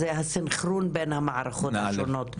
זה הסנכרון בין המערכות השונות.